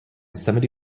seventy